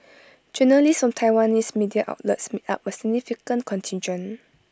journalists from Taiwanese media outlets make up A significant contingent